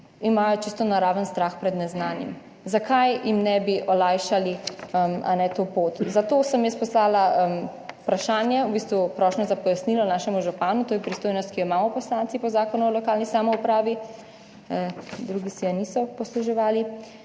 imajo čisto naraven strah pred neznanim. Zakaj jim ne bi olajšali to pot? Zato sem jaz postala vprašanje, v bistvu prošnjo za pojasnilo našemu županu, to je pristojnost, ki jo imamo poslanci po zakonu o lokalni samoupravi, drugi se je niso posluževali,